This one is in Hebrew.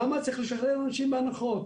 למה צריך לשחרר אנשים מהנחות?